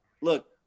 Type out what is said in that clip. look